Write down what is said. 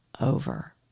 over